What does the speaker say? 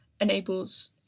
enables